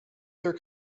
their